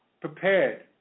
prepared